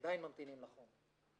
עדיין ממתינים לחומר.